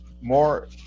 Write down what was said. more